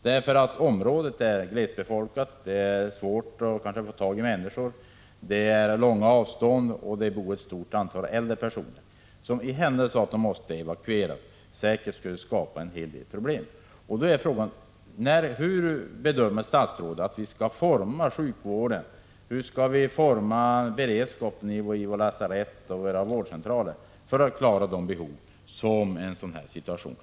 Norra Sverige är glest befolkat, och det kan vara svårt att få tag i människor. Avstånden är långa, och det bor i området ett stort antal äldre personer, vilket säkert skapar en hel del problem vid en eventuell evakuering. Min fråga är: Hur bedömer statsrådet att vi skall utforma sjukvården och beredskapen vid våra lasarett och vårdcentraler för att klara de behov som kan uppstå i en sådan här situation?